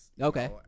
Okay